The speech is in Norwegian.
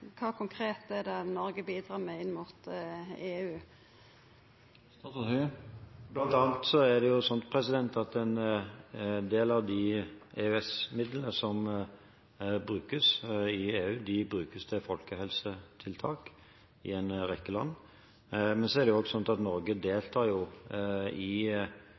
kva konkret er det Noreg bidrar med inn mot EU? Blant annet er det sånn at en del av de EØS-midlene som brukes i EU, brukes til folkehelsetiltak i en rekke land. Men det er også sånn at Norge deltar i EU i de formelle EU-ministermøtene og jobber for, sammen med ikke minst med våre kolleger i